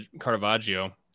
Caravaggio